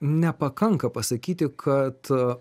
nepakanka pasakyti kad